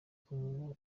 kumwe